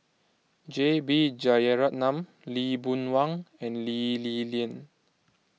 J B Jeyaretnam Lee Boon Wang and Lee Li Lian